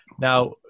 Now